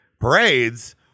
Parades